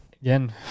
again